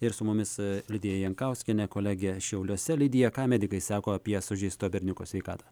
ir su mumis lidija jankauskienė kolege šiauliuose lidija ką medikai sako apie sužeisto berniuko sveikatą